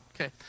Okay